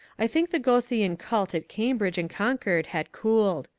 i think the goethean cult at cambridge and concord had cooled.